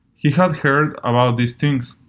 he had heard about these things,